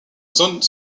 zone